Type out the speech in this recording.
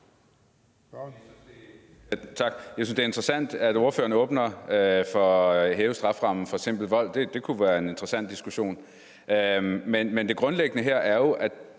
Tak. Jeg synes, det er interessant, at ordføreren åbner op for at hæve strafferammen for simpel vold. Det kunne være en interessant diskussion. Men det grundlæggende her er jo, at